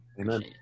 Amen